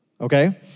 okay